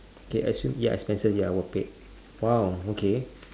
K assume ya expenses ya were paid !wow! okay